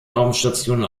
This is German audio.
raumstation